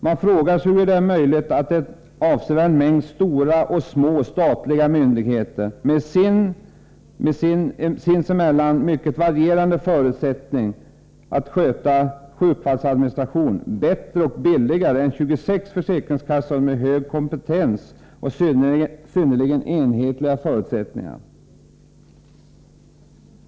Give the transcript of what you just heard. Man frågar sig hur det är möjligt att en avsevärd mängd stora och små statliga myndigheter med sinsemellan mycket varierande förutsättningar kan sköta sjukfallsadministrationen bättre och billigare än 26 försäkringskassor med hög kompetens och synnerligen enhetliga förutsättningar.